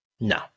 No